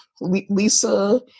Lisa